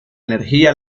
energía